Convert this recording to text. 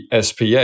SPA